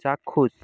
চাক্ষুষ